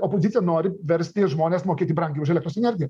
opozicija nori versti žmones mokėti brangiau už elektros energiją